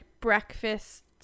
breakfast